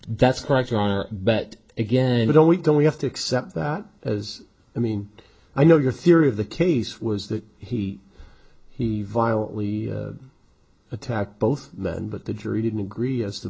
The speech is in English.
but again we don't we don't we have to accept that as i mean i know your theory of the case was that he he violently attacked both but the jury didn't agree as t